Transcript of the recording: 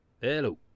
Hello